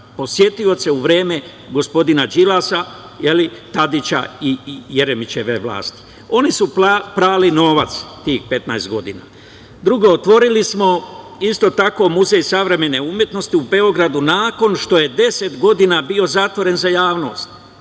posetioce u vreme gospodina Đilasa, Tadića i Jeremićeve vlasti. Oni su prali novac tih 15 godina. Drugo, otvorili smo isto tako Muzej savremene umetnosti u Beogradu nakon što je 10 godina bio zatvoren za javnost